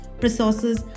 resources